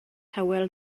hywel